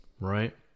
right